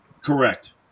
Correct